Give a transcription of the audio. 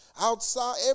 outside